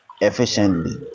efficiently